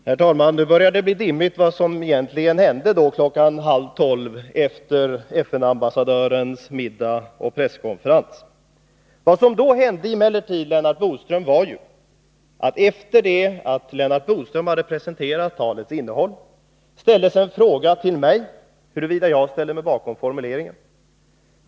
Herr talman! Nu börjar det bli dimmigt omkring vad som egentligen hände klockan halv tolv vid presskonferensen efter FN-ambassadörens middag. Vad som då hände var emellertid, Lennart Bodström, att efter det att Lennart Bodström hade presenterat talets innehåll riktades en fråga till mig huruvida jag ställde mig bakom den Centralamerikabeskrivning vi nu debatterar.